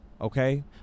okay